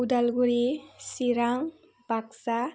उदालगुरि सिरां बाकसा